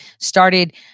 started